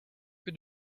que